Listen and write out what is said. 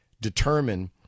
determine